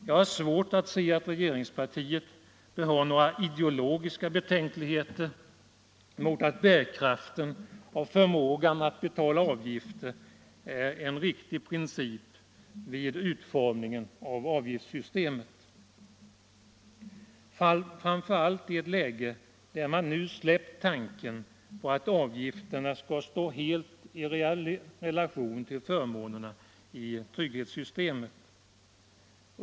Jag har svårt att se att regeringspartiet bör ha några ideologiska betänkligheter mot att bärkraften och förmågan att betala avgifter är principiellt vägledande vid utformningen av avgiftssystemet. Detta gäller framför allt i ett läge där vi nu släppt tanken på att avgifterna skall stå helt i relation till förmånerna i trygghetssystemet.